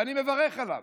ואני מברך עליו,